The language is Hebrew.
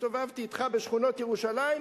שהסתובבתי אתך בשכונות ירושלים,